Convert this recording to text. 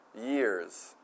years